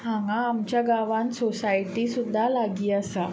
हांगा आमच्या गांवांत सोसायटी सुद्दां लागीं आसा